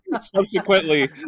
Subsequently